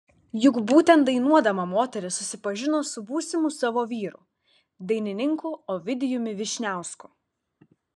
juk būtent dainuodama moteris susipažino su būsimu savo vyru dainininku ovidijumi vyšniausku